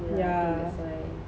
yeah